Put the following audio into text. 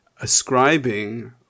ascribing